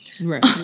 Right